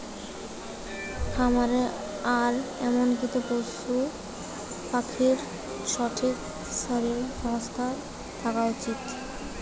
খামারে আর এমনিতে পশু পাখির ঠিক শরীর স্বাস্থ্য থাকা উচিত